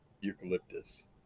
Eucalyptus